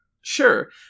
sure